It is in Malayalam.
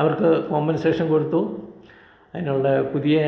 അവർക്ക് കോമ്പൻസേഷൻ കൊടുത്തു അതിനുള്ള പുതിയ